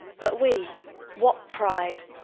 but we what pride,